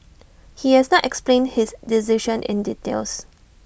he has not explained his decision in details